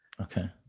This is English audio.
okay